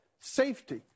safety